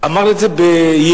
אמר את זה ביהירות: